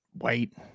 white